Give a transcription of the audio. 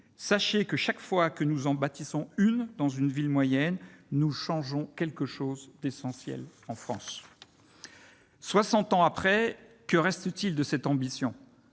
Sachez que chaque fois que nous en bâtissons une dans une ville moyenne, nous changeons quelque chose d'essentiel en France. » Soixante ans après, que reste-t-il de cette ambition ?